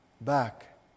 back